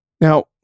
Now